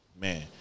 man